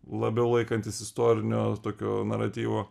labiau laikantis istorinio tokio naratyvo